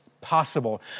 possible